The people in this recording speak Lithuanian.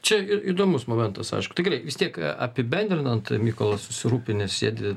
čia ir įdomus momentas aišku tai gerai tiek apibendrinant mykolas susirūpinęs sėdi